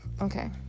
Okay